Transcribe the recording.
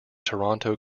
toronto